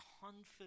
confidence